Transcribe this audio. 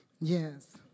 Yes